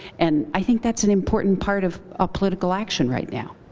and i think that's an important part of ah political action right now.